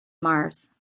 mars